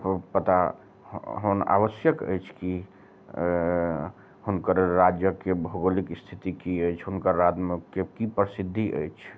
पता होना आवश्यक अछि कि हुनकर राज्यके भौगोलिक स्थिति की अछि हुनकर राज्यमे के की प्रसिद्ध अछि